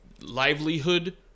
livelihood